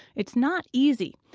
it's not easy.